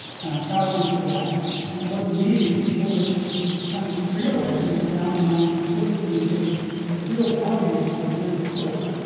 and i'm proud of him for that. and at one of the meetings he told us that he's kind of realizing that downtown exists and that there's a real value for a dense core.